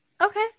Okay